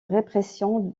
répression